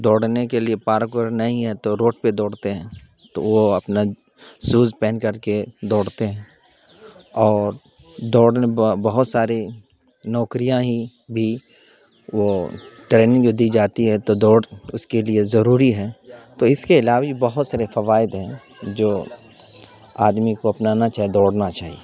دوڑنے کے لیے پارک اورک نہیں ہے تو روڈ پہ دوڑتے ہیں تو وہ اپنا شوز پہن کر کے دوڑتے ہیں اور دوڑنے بہت ساری نوکریاں ہی بھی وہ ٹریننگ جو دی جاتی ہے تو دوڑ اس کے لیے ضروری ہے تو اس کے علاوہ بھی بہت سارے فوائد ہیں جو آدمی کو اپنانا چاہے دوڑنا چاہیے